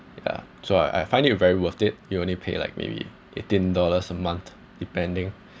ya so I I find it very worth it you only pay like maybe eighteen dollars a month depending